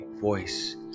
voice